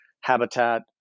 habitat